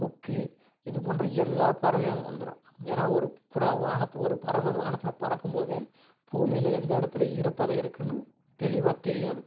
கொக்கு இது போன்ற எல்லா பறவையும் அங்கே வந்துடும் ஏன்னால் ஒரு புறா வானத்தில் ஒரு பறவை வானத்தில் பறக்கும் போதே பூமியில் எந்த இடத்துல ஈரப்பதம் இருக்குதுன்னு தெளிவாக தெரியும் அதுக்கு